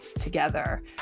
together